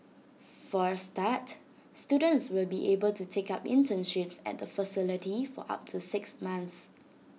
for A start students will be able to take up internships at the facility for up to six months